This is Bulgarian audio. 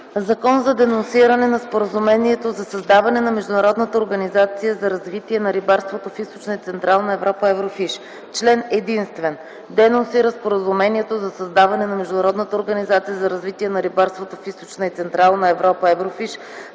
„ЗАКОН за денонсиране на Споразумението за създаване на Международната организация за развитие на рибарството в Източна и Централна Европа (Еврофиш) Член единствен. Денонсира Споразумението за създаване на Международната организация за развитие на рибарството в Източна и Централна Европа (Еврофиш),